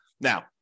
now